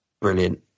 brilliant